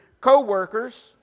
co-workers